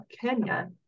Kenya